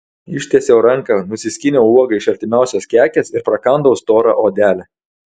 ištiesiau ranką nusiskyniau uogą iš artimiausios kekės ir prakandau storą odelę